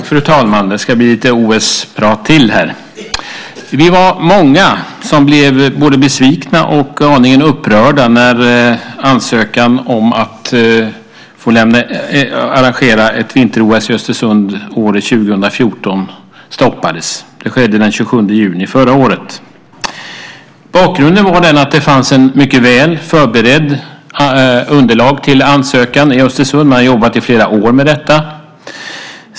Fru talman! Det ska bli lite mer OS-prat här. Vi var många som blev både besvikna och aningen upprörda när ansökan om att få arrangera ett vinter-OS i Östersund år 2014 stoppades. Det skedde den 27 juni förra året. Bakgrunden är att det fanns ett mycket väl förberett underlag till ansökan i Östersund. Man hade jobbat i flera år med detta.